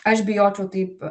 aš bijočiau taip